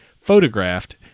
Photographed